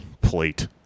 plate